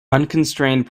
unconstrained